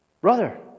Brother